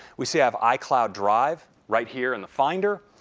we see i have icloud drive right here in the finder.